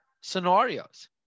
scenarios